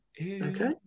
Okay